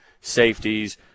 safeties